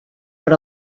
per